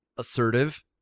Assertive